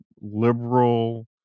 liberal